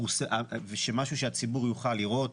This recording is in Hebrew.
משהו שהציבור יוכל לראות.